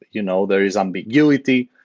you know there is ambiguity.